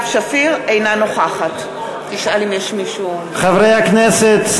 אינה נוכחת חברי הכנסת,